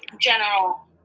general